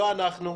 לא אנחנו.